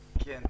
רול, בבקשה.